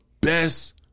best